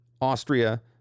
Austria